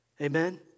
Amen